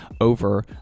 over